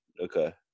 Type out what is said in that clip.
Okay